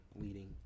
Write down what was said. leading